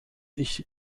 ich